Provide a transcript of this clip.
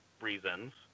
reasons